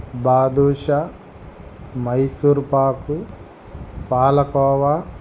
badusha Mysore pak palkova